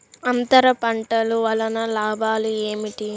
అంతర పంటల వలన లాభాలు ఏమిటి?